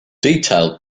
detailed